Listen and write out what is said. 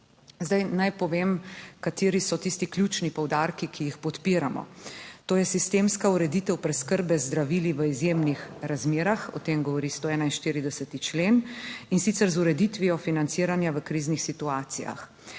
Zdaj naj povem, kateri so tisti ključni poudarki, ki jih podpiramo. To je sistemska ureditev preskrbe z zdravili v izjemnih razmerah, 62. TRAK (VI) 14.15 (nadaljevanje) o tem govori 141. člen, in sicer z ureditvijo financiranja v kriznih situacijah,